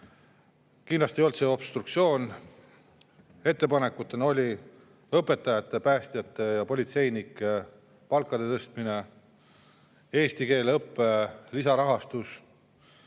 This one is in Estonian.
Kindlasti ei olnud see obstruktsioon. Ettepanekutena olid õpetajate, päästjate ja politseinike palkade tõstmine, eesti keele õppe lisarahastus,